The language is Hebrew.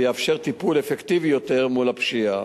ויאפשר טיפול אפקטיבי יותר מול הפשיעה.